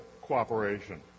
cooperation